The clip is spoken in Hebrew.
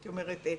הייתי אומרת,